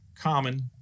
Common